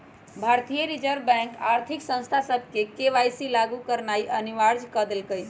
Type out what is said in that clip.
भारतीय reserve bank आर्थिक संस्था सभके के.वाई.सी लागु करनाइ अनिवार्ज क देलकइ